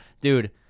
Dude